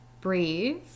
breathe